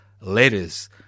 letters